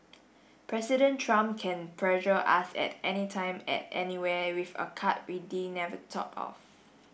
president trump can pressure us at anytime at anywhere with a card never thought of